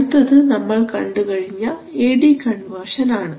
അടുത്തത് നമ്മൾ കണ്ടുകഴിഞ്ഞ എ ഡി കൺവെർഷൻ ആണ്